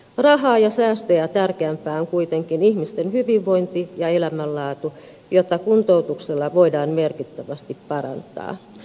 rahaa ja säästöjä tärkeämpiä ovat kuitenkin ihmisten hyvinvointi ja elämänlaatu joita kuntoutuksella voidaan merkittävästi parantaa